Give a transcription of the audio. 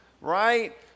Right